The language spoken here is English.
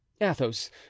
athos